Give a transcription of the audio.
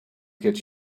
get